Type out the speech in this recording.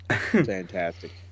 Fantastic